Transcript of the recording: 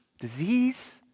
disease